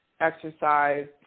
exercise